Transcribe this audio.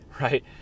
right